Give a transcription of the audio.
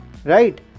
right